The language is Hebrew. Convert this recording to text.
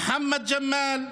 מוחמד ג'מאל,